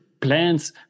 plans